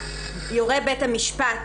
יורה בית המשפט,